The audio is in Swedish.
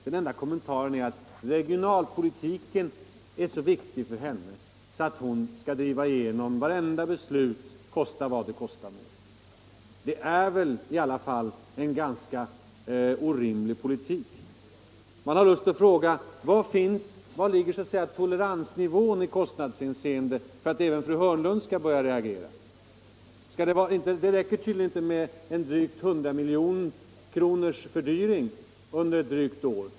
Den enda kommentaren är att regionalpolitiken är så viktig för henne att hon skall driva igenom vartenda beslut, kosta vad det kosta må. Det är väl i alla fall en orimlig politik. Man har lust att fråga: Var ligger så att säga toleransnivån i kostnadshänseende för att även fru Hörnlund skall börja reagera? Det räcker tydligen inte med över 100 miljoners fördyring under ett drygt år.